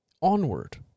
Onward